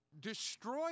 destroy